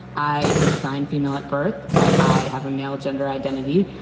i was assigned female at birth, but i have a male gender identity.